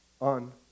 on